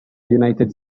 united